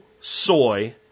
soy